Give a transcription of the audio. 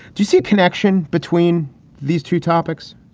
do you see a connection between these two topics?